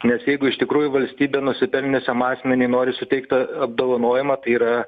nes jeigu iš tikrųjų valstybė nusipelniusiam asmeniui nori suteikt tą apdovanojimą tai yra